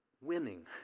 winning